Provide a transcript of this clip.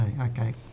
Okay